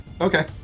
Okay